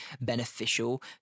beneficial